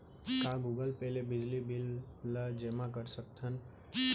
का Google Pay ले बिजली बिल ल जेमा कर सकथन?